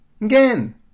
Again